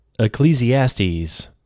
Ecclesiastes